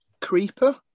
Creeper